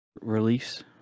release